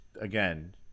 again